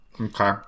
Okay